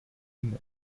inne